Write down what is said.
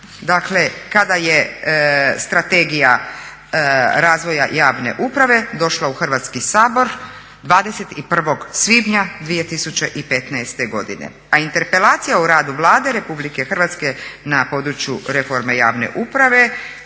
Dakle, kada je Strategija razvoja javne uprave došla u Hrvatski sabor 21. svibnja 2015. godine, a interpelacija o radu Vladu RH na području reforme javne uprave